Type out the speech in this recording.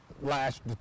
last